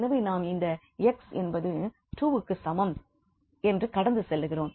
எனவே நாம் இந்த x என்பது 2க்கு சமம் என்று கடந்து செல்கிறோம்